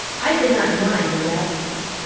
i did not mind your absence.